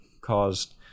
caused